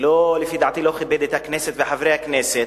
ולפי דעתי לא כיבד את הכנסת וחברי הכנסת,